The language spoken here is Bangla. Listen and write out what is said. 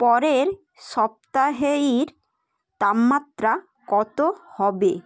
পরের সপ্তাহের তাপমাত্রা কত হবে